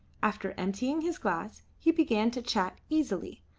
after emptying his glass he began to chat easily,